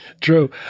true